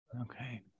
Okay